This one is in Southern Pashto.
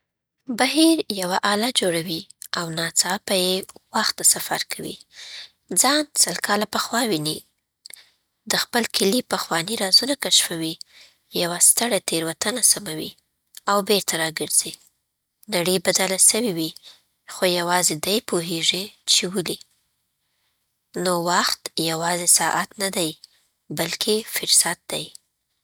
بهیر یوه اله جوړوي او ناڅاپه یې وخت ته سفر کوي. ځان سل کاله پخوا ویني، د خپل کلي پخواني رازونه کشفوي، یوه ستره تېروتنه سموي، او بېرته راګرځي. نړۍ بدله سوې وي، خو یوازې دی پوهېږي چی ولې. نو وخت یوازې ساعت نه دی، بلکې فرصت دی.